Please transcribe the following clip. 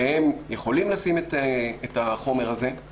שהם יכולים לשים את החומר הזה,